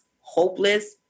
hopeless